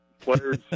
players